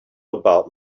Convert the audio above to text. about